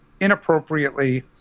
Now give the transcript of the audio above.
inappropriately